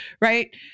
right